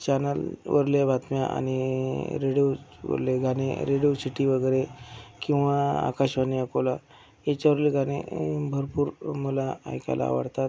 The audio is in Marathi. चॅनलवरल्या बातम्या आणि रेडिओवरले गाणे रेडिओ शिटी वगैरे किंवा आकाशवाणी अकोला ह्याच्यावरले गाणे भरपूर मला ऐकायला आवडतात